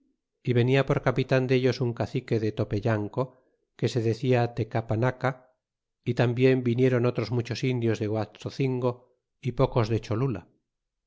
y venia por capitan dellos un cacique de topeyanco que se decía tecapanaca y tambien vinieron otros muchos indios de guaxocingo y pocos de cholula